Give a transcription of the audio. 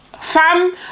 fam